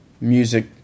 music